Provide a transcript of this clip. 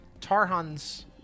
Tarhan's